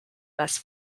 best